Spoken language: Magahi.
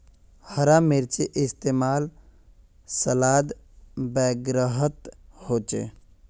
हरा मिर्चै इस्तेमाल सलाद वगैरहत होचे